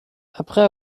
après